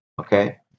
Okay